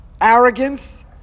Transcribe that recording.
Arrogance